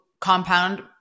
compound